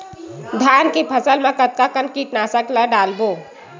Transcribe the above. धान के फसल मा कतका कन कीटनाशक ला डलबो?